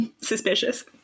Suspicious